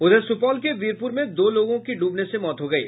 उधर सुपौल के वीरपूर में दो लोगों की डूबने से मौत हो गयी